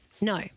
No